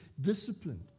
disciplined